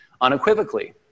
unequivocally